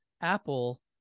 Apple